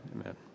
Amen